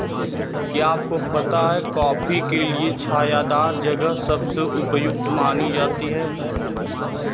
क्या आपको पता है कॉफ़ी के लिए छायादार जगह सबसे उपयुक्त मानी जाती है?